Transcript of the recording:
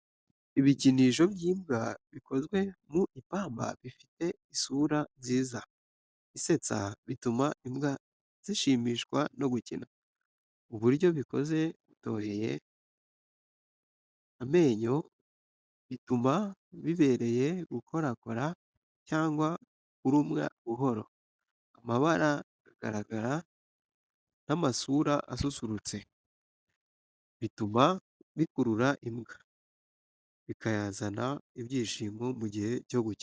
Ibikinisho by’imbwa bikozwe mu ipamba bifite isura nziza isetsa bituma imbwa zishimishwa no gukina. Uburyo bikoze butoheye amenyo bituma bibereye gukorakora cyangwa kurumwa buhoro. Amabara agaragara n’amasura asusurutse bituma bikurura imbwa, bikazana ibyishimo mu gihe cyo gukina.